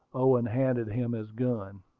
owen handed him his gun,